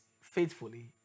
faithfully